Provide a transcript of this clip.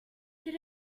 did